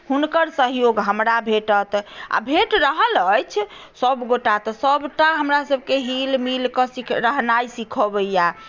हुनकर सहयोग हमरा भेटत आ भेट रहल अछि सभगोटए तऽ सभटा हमरासभकेँ हिलिमिलि कऽ सिख रहनाइ सिखबैए